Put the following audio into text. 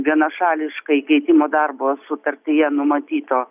vienašališkai keitimo darbo sutartyje numatyto